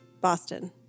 Boston